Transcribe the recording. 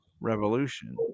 revolution